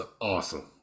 awesome